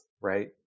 Right